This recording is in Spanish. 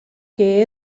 que